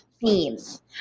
themes